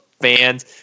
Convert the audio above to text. fans